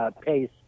Pace